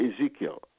Ezekiel